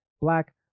black